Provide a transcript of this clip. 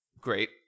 great